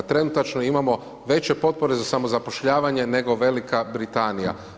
Trenutačno imamo veće potpore za samozapošljavanje nego Velika Britanija.